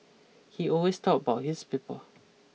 he always thought about his people